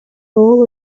role